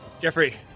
Jeffrey